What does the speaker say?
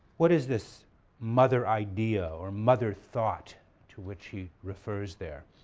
what is this mother idea or mother thought to which he refers there?